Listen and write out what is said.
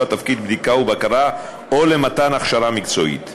תפקיד בדיקה ובקרה או למתן הכשרה מקצועית.